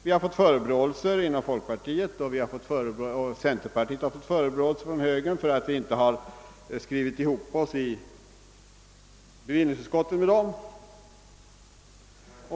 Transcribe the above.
Vi har inom folkpartiet och centerpartiet fått förebråelser från högern för att vi inte har skrivit ihop oss med högern i bevillningsutskottet.